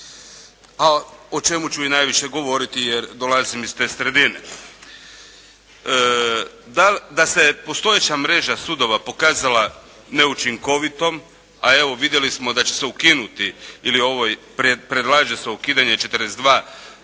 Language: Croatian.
a o čemu ću i najviše govoriti jer dolazim iz te sredine. Da se postojeća mreža sudova pokazala neučinkovitom, a evo vidjeli smo da će se ukinuti ili predlaže se ukidanje 42